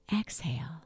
Exhale